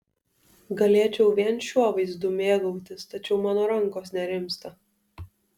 galėčiau vien šiuo vaizdu mėgautis tačiau mano rankos nerimsta